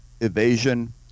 Evasion